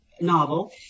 novel